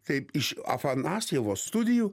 kaip iš afanasjevo studijų